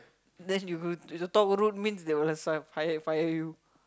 then you you top root means they will have fire fire you